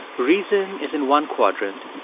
reason is in one quadrant,